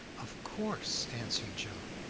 of course, answered joe.